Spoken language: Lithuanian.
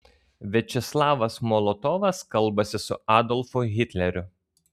viačeslavas molotovas kalbasi su adolfu hitleriu